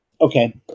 okay